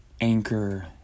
Anchor